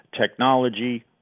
technology